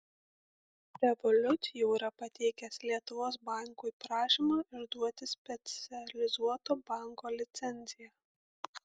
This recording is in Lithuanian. revolut jau yra pateikęs lietuvos bankui prašymą išduoti specializuoto banko licenciją